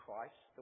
Christ